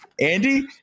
Andy